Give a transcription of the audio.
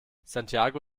santiago